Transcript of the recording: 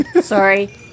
Sorry